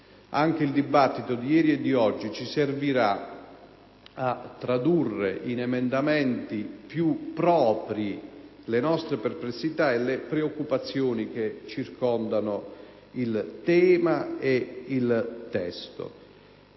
anche il dibattito di ieri e di oggi ci servirà a tradurre in emendamenti più propri la nostre perplessità e le preoccupazioni che circondano il tema e il testo.